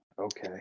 Okay